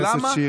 למה?